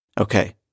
Okay